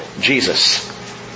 Jesus